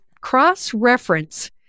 cross-reference